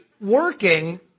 working